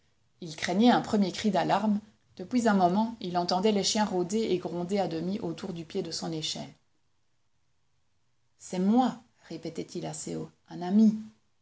il craignait un premier cri d'alarme depuis un moment il entendait les chiens rôder et gronder à demi autour du pied de son échelle c'est moi répétait-il assez haut un ami